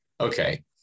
Okay